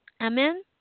Amen